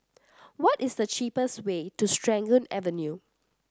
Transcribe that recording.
what is the cheapest way to Serangoon Avenue